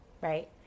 right